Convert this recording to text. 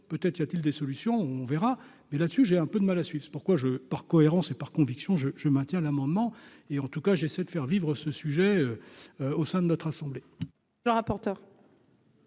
peut-être y a-t-il des solutions, on verra, mais la dessus, j'ai un peu de mal à suivre, c'est pourquoi je pars cohérence c'est par conviction, je je maintiens l'amendement et en tout cas j'essaie de faire vivre ce sujet au sein de notre assemblée.